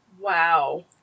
Wow